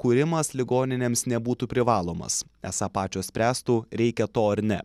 kūrimas ligoninėms nebūtų privalomas esą pačios spręstų reikia to ar ne